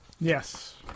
Yes